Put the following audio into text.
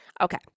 Okay